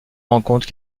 rencontres